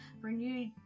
renewed